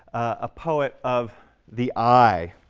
a poet of the eye.